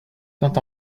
tant